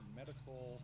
medical